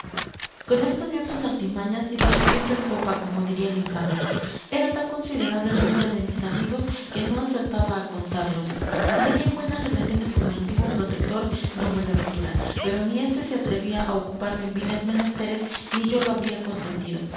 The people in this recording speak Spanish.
con estas y otras artimañas iba yo viento en popa como diría el infante era tan considerable el número de mis amigos que no acertaba a contarlos seguía en buenas relaciones con mi antiguo protector d buenaventura pero ni este se atrevía a ocuparme en viles menesteres ni yo lo habría consentido